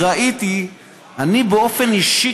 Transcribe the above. באופן אישי,